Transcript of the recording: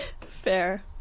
Fair